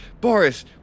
Boris